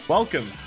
Welcome